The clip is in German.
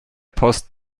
post